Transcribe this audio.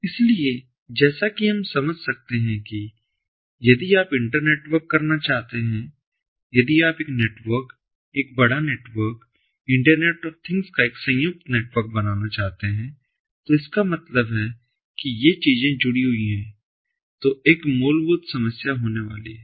इसलिए जैसा कि हम समझ सकते हैं कि यदि आप इंटरनेटवर्क करना चाहते हैं यदि आप एक नेटवर्क एक बड़ा नेटवर्क इंटरनेट ऑफ थिंग्स का एक संयुक्त नेटवर्क बनाना चाहते हैं तो इसका मतलब है कि ये चीजें जुड़ी हुई हैं तो एक मूलभूत समस्या जो होने वाली है